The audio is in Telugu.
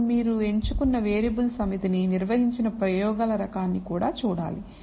అప్పుడు మీరు ఎంచుకున్న వేరియబుల్స్ సమితిని నిర్వహించిన ప్రయోగాల రకాన్ని కూడా చూడాలి